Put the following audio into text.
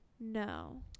No